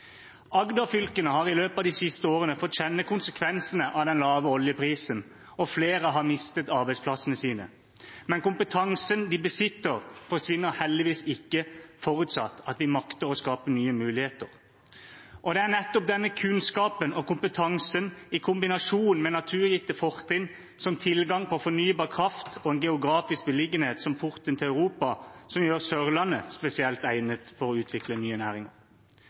Agder-fylkene har i løpet av de siste årene fått kjenne konsekvensene av den lave oljeprisen. Flere har mistet arbeidsplassene sine, men kompetansen de besitter, forsvinner heldigvis ikke, forutsatt at vi makter å skape nye muligheter. Det er nettopp denne kunnskapen og kompetansen i kombinasjon med naturgitte fortrinn som tilgang på fornybar kraft og en geografisk beliggenhet som porten til Europa som gjør Sørlandet spesielt egnet for å utvikle nye næringer